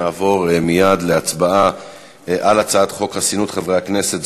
אנחנו נעבור מייד להצבעה על הצעת חוק חסינות חברי הכנסת,